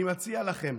אני מציע לכם: